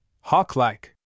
hawk-like